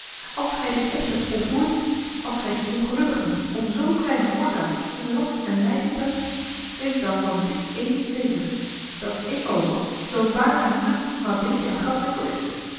als gij dit opzet volvoert als gij dien ongelukkige om zoo kleine oorzaak in last en lijden brengt wees dan van dit ééne zeker dat ik ook zoo waar mijn naam mabelia graswinckel is